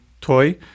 toy